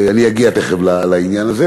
אני אגיע תכף לעניין הזה